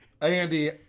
Andy